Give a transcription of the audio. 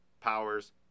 Powers